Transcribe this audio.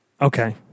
Okay